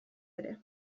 ere